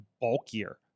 bulkier